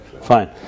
fine